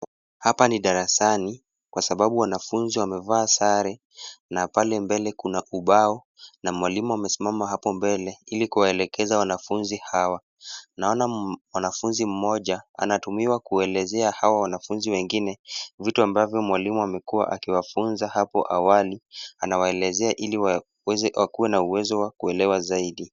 Hapa ni darasani, kwa sababu wanafunzi wamevaa sare na pale mbele kuna ubao, na mwalimu amesimama pale mbele ili kuwaelekeza wanafunzi hawa. Naona mwanafunzi mmoja anatumiwa kuwaelezea hawa wanafunzi wengine vitu ambavyo mwalimu amekuwa akiwafunza hapo awali, anawaelezea ili wakuwe na uwezo wa kuelewa zaidi.